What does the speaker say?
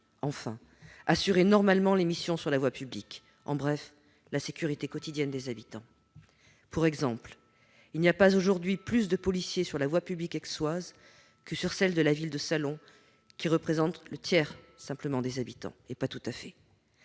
enfin, assurer normalement les missions sur la voie publique- en bref, la sécurité quotidienne des habitants. Pour exemple, il n'y a aujourd'hui pas plus de policiers sur la voie publique aixoise que sur celle de la ville de Salon-de-Provence, qui n'atteint pas tout à fait